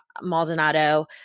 Maldonado